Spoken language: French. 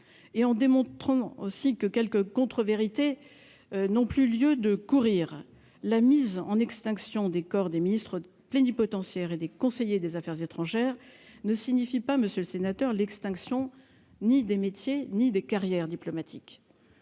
et en démontrant que quelques contre-vérités n'ont plus lieu de courir. La mise en extinction des corps des ministres plénipotentiaires et des conseillers des affaires étrangères ne signifie pas, monsieur le sénateur, l'extinction ni des métiers ni des carrières diplomatiques.